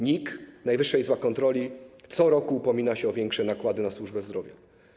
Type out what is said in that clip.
NIK, Najwyższa Izba Kontroli, co roku upomina się o większe nakłady na służbę zdrowia.